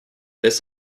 this